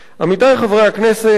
עמיתי חברי הכנסת,